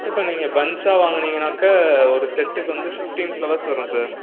sir இப்போ நீங்கள் பஞ்ச்சா வாங்குனீங்கன்னாக்க ஒரு செட்டுக்கு வந்து ஃபிஃப்டீன் ஃப்ளவர்ஸ் வரும் சார்